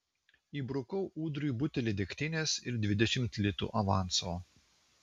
įbrukau ūdriui butelį degtinės ir dvidešimt litų avanso